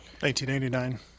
1989